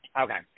Okay